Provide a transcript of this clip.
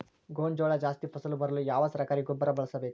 ಗೋಂಜಾಳ ಜಾಸ್ತಿ ಫಸಲು ಬರಲು ಯಾವ ಸರಕಾರಿ ಗೊಬ್ಬರ ಬಳಸಬೇಕು?